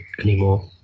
anymore